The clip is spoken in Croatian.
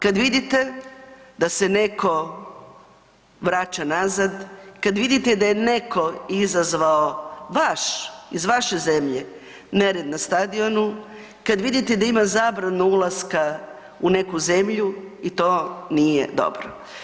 Kad vidite da se neko vraća nazad, kad vidite da je neko izazvao vaš, iz vaše zemlje nered na stadionu, kad vidite da ima zabranu ulaska u neku zemlju i to nije dobro.